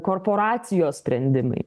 korporacijos sprendimai